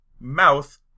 mouth